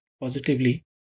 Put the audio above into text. positively